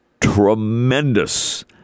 tremendous